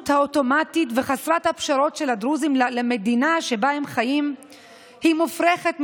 האוטומטית וחסרת הפשרות של הדרוזים למדינה שבה הם חיים היא מופרכת",